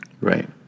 Right